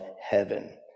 heaven